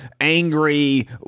angry